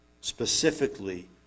Specifically